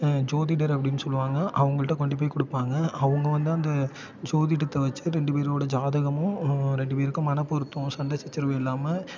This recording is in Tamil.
ஜோதிடர் அப்படின்னு சொல்லுவாங்க அவங்கள்ட்ட கொண்டு போய் கொடுப்பாங்க அவங்க வந்து அந்த ஜோதிடத்தை வெச்சு ரெண்டு பேரோட ஜாதகமும் ரெண்டு பேருக்கும் மனப்பொருத்தம் சண்டைச்சச்சரவு இல்லாமல்